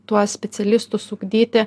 tuos specialistus ugdyti